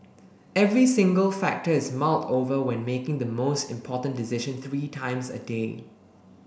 every single factor is mulled over when making the most important decision three times a day